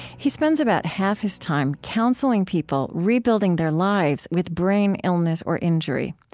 he spends about half his time counseling people rebuilding their lives with brain illness or injury.